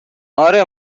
اره